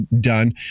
done